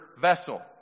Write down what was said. vessel